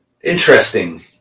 interesting